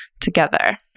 together